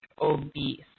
obese